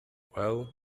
well